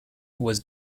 was